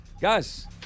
Guys